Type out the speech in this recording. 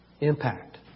impact